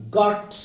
got